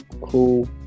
cool